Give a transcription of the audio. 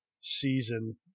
season